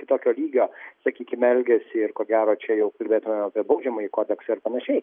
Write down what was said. kitokio lygio sakykim elgesį ir ko gero čia jau kalbėtumėm apie baudžiamąjį kodeksą ir panašiai